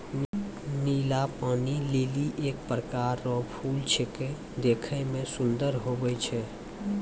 नीला पानी लीली एक प्रकार रो फूल छेकै देखै मे सुन्दर हुवै छै